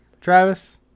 Travis